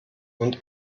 und